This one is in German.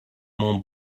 mont